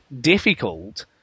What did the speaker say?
difficult